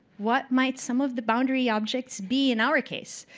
what might some of the boundary objects be in our case?